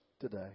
today